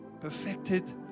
perfected